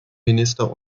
minister